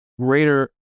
greater